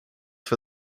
for